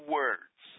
words